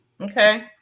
Okay